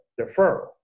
deferral